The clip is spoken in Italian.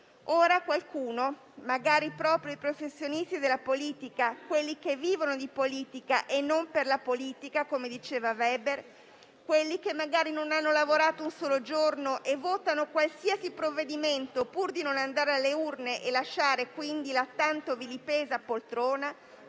Ora qualcuno - magari proprio i professionisti della politica, quelli che vivono di politica e non per la politica, come diceva Weber o quelli che magari non hanno lavorato un solo giorno e votano qualsiasi provvedimento pur di non andare alle urne e lasciare, quindi, la tanto vilipesa poltrona